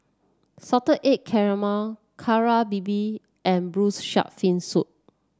Salted Egg Calamari Kari Babi and Braised Shark Fin Soup